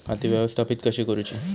खाती व्यवस्थापित कशी करूची?